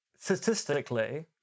Statistically